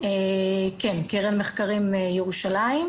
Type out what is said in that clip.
אני אהיה מאוד קצר בגלל לוח הזמנים,